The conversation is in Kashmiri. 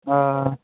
آ